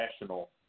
national